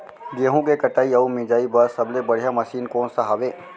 गेहूँ के कटाई अऊ मिंजाई बर सबले बढ़िया मशीन कोन सा हवये?